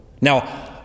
Now